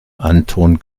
anton